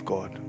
God